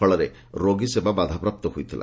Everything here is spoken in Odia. ଫଳରେ ରୋଗୀ ସେବା ବାଧାପ୍ରାପ୍ତ ହୋଇଥିଲା